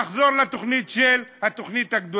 נחזור לתוכנית הגדולה,